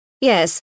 Yes